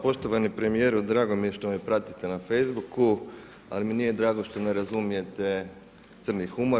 Poštovani premijeru, drago mi je što me pratite na Facebooku, ali mi nije drago što ne razumijete crni humor.